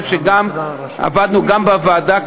עבדנו כך גם בוועדה,